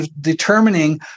determining